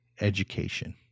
education